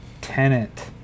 Tenant